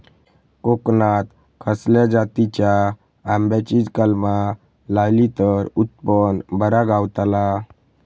कोकणात खसल्या जातीच्या आंब्याची कलमा लायली तर उत्पन बरा गावताला?